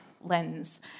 lens